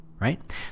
right